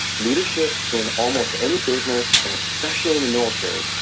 leadership in almost any business, and especially in military,